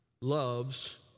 loves